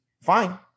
fine